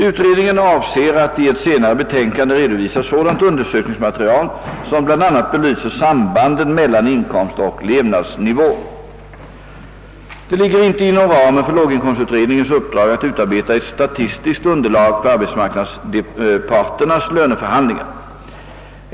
Utredningen avser att i ett senare betänkande redovisa sådant undersökningsmaterial som bl.a. belyser sambanden mellan inkomstoch levnadsaivå. Det ligger inte inom ramen för låginkomstutredningens uppdrag att utarbeta ett statistiskt underlag för arbets ”marknadsparternas löneförhandlingar.